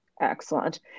Excellent